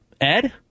Ed